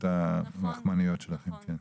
את הלחמניות שלכם.